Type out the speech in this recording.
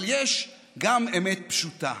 אבל יש גם אמת פשוטה: